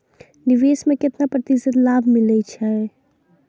निवेश में केतना प्रतिशत लाभ मिले छै?